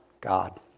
God